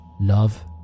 love